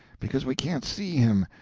because we can't see him,